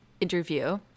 interview